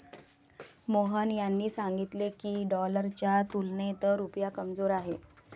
मोहन यांनी सांगितले की, डॉलरच्या तुलनेत रुपया कमजोर आहे